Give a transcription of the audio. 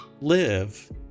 live